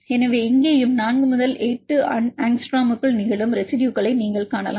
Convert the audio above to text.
எனவே இங்கேயும் 4 முதல் 8 ஆங்ஸ்ட்ரோமுக்குள் நிகழும் ரெசிடுயுகளை நீங்கள் காணலாம்